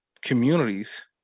communities